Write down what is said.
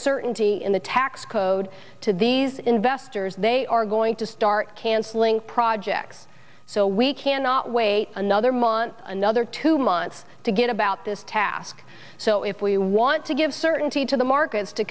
certainty in the tax code to these investors they are going to start canceling projects so we cannot wait another month another two months to get about this task so if we want to give certainty to the markets to